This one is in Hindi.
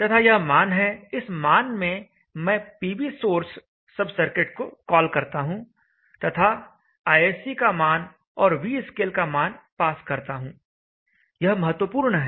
तथा यह मान है इस मान में मैं PVSOURCE सब सर्किट को कॉल करता हूं तथा ISC का मान और Vscale का मान पास करता हूं यह महत्वपूर्ण है